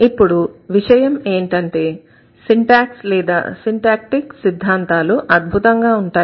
ఇప్పుడు విషయం ఏంటంటే సింటాక్స్ లేదా సిన్టాక్టీక్ సిద్ధాంతాలు అద్భుతంగా ఉంటాయి